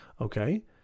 Okay